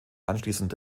anschließend